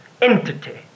entity